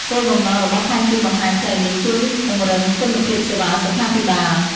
គោលបំណងរបស់ផែនទីបង្ហាញផ្លូវនេះគឺពង្រឹងគុណភាពសេវាសុខាភិបាល។